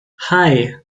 hei